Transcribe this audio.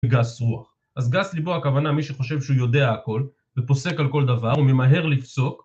וגס רוח. אז גס ליבו הכוונה מי שחושב שהוא יודע הכל, ופוסק על כל דבר, וממהר לפסוק